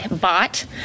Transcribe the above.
bought